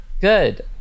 Good